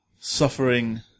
suffering